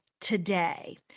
today